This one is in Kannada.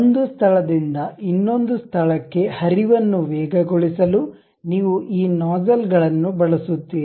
ಒಂದು ಸ್ಥಳದಿಂದ ಇನ್ನೊಂದು ಸ್ಥಳಕ್ಕೆ ಹರಿವನ್ನು ವೇಗಗೊಳಿಸಲು ನೀವು ಈ ನೋಜ್ಝಲ್ಗಳನ್ನು ಬಳಸುತ್ತೀರಿ